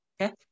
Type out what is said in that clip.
Okay